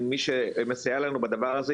עם מי שמסייע לנו בדבר הזה,